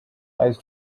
flies